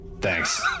thanks